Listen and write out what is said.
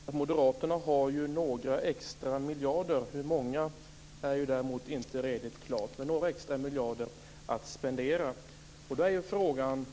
Fru talman! Moderaterna har ju några extra miljarder - hur många är inte redigt klart - att spendera. Då är frågan